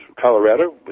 Colorado